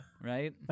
right